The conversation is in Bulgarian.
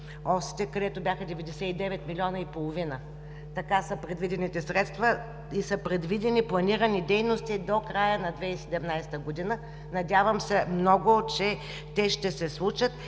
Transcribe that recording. осите, където бяха 99 милиона и половина? Така са предвидените средства и са предвидени планирани дейности до края на 2017 г. Надявам се много, че те ще се случат.